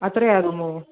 അത്രേ ആകുമോ